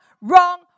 Wrong